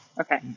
okay